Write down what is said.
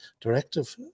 Directive